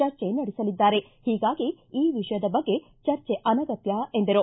ಚರ್ಚೆ ನಡೆಸಲಿದ್ದಾರೆ ಹೀಗಾಗಿ ಈ ವಿಷಯದ ಬಗ್ಗೆ ಚರ್ಚೆ ಅನಗತ್ತ ಎಂದರು